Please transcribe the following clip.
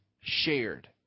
shared